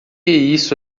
isso